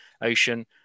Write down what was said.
Ocean